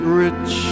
rich